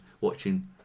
watching